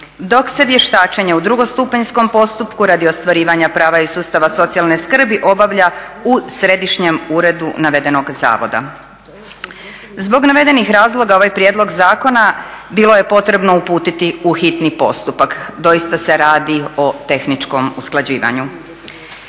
dok se vještačenje u drugostupanjskom postupku radi ostvarivanja prava iz sustava socijalne skrbi obavlja u središnjem uredu navedenog zavoda. Zbog navedenih razloga ovaj prijedlog zakona bilo je potrebno uputiti u hitni postupak, doista se radi o tehničkom usklađivanju.